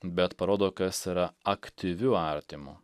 bet parodo kas yra aktyviu artimu